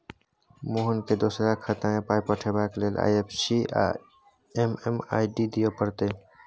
मोहनकेँ दोसराक खातामे पाय पठेबाक लेल आई.एफ.एस.सी आ एम.एम.आई.डी दिअ पड़तै